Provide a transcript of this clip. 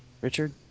Richard